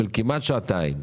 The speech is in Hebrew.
כמעט שעתיים,